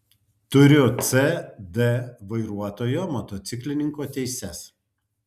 turiu c d vairuotojo motociklininko teises